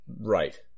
Right